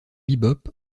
bebop